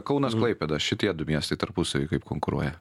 kaunas klaipėda šitie du miestai tarpusavyje kaip konkuruoja